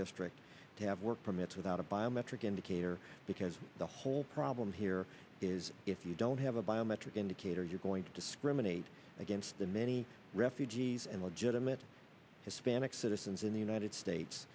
district to have work permits without a biometric indicator because the whole problem here is if you don't have a biometric indicator you're going to discriminate against the many refugees and legitimate panic citizens in the united states